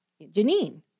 Janine